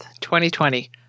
2020